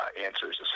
answers